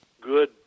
Good